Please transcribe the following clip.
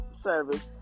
service